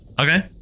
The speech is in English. Okay